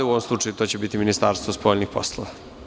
U ovom slučaju, to će biti Ministarstvo spoljnih poslova.